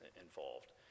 involved